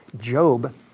Job